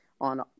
on